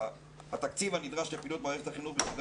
התקציב הנדרש לפעילות מערכת החינוך בתקופת